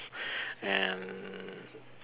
and